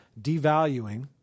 devaluing